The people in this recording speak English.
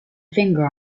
finger